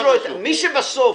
מי שבסוף